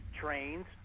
trains